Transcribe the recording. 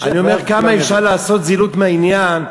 אני אומר, כמה אפשר לעשות זילות מהעניין?